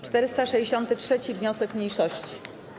463. wniosek mniejszości.